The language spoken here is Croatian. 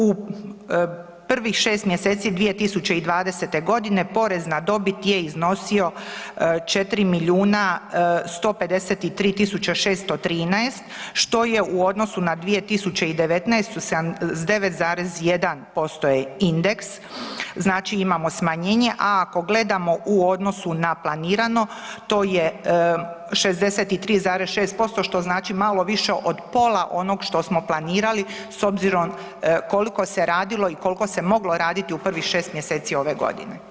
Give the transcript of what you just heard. U prvih 6 mjeseci 2020. godine porez na dobit je iznosio 4 milijuna 153.613 što je u odnosu na 2019. 79,1% je indeks, znači imamo smanjenje, a ako gledamo u odnosu na planirano to je 63,6% što znači malo više od pola onog što smo planirali s obzirom koliko se radilo i koliko se moglo raditi u prvih 6 mjeseci ove godine.